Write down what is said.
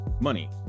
money